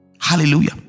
Hallelujah